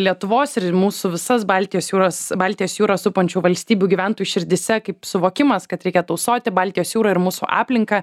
lietuvos ir į mūsų visas baltijos jūros baltijos jūrą supančių valstybių gyventojų širdyse kaip suvokimas kad reikia tausoti baltijos jūrą ir mūsų aplinką